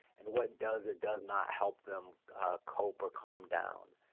and what does or does not help them cope or calm down.